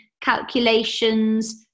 calculations